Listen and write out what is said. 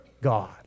God